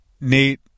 Nate